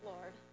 Lord